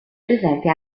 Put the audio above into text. presente